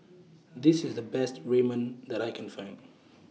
This IS The Best Ramen that I Can Find